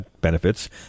benefits